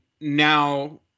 now